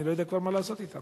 אני לא יודע כבר מה לעשות אתם.